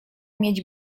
mieć